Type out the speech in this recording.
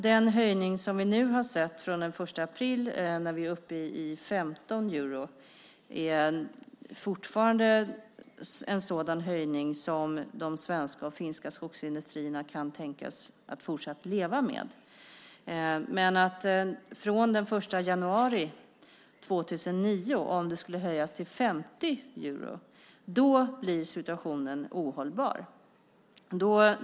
Den höjning som vi har sett från den 1 april till 15 euro är en höjning som de svenska och finska skogsindustrierna kan tänkas att fortsatt leva med. Men om det höjs till 50 euro från den 1 januari 2009 blir situationen ohållbar.